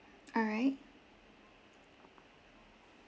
alright